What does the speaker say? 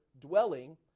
dwelling